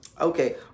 Okay